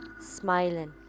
smiling